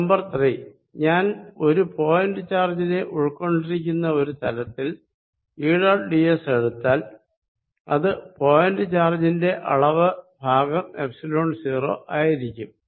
number 3 ഞാൻ ഒരു point ചാർജിനെ ഉൾക്കൊണ്ടിരിക്കുന്ന ഒരു തലത്തിൽ ഈ ഡോട്ട് ഡിഎസ് എടുത്താൽ അത് പോയിന്റ് ചാർജിന്റെ അളവ് ഭാഗം എപ്സിലോൺ0 ആയിരിക്കും